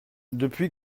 depuis